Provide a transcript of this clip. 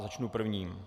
Začnu prvním.